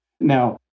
Now